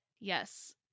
Yes